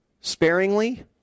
sparingly